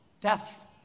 Death